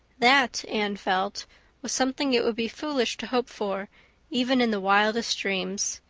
that, anne felt, was something it would be foolish to hope for even in the wildest dreams.